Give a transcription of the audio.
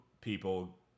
people